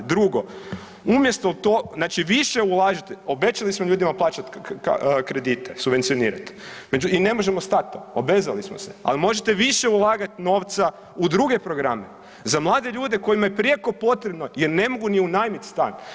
Drugo, umjesto to, znači više ulažite, obećali smo ljudima plaćati kredite, subvencionirat i ne možemo stat to, obvezali smo se ali možete više ulagati novca u druge programe za mlade ljude kojima je prijeko potrebno jer ne mogu ni unajmiti stan.